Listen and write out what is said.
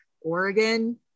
Oregon